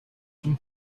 him